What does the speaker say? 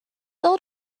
old